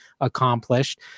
accomplished